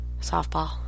Softball